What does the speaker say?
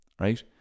right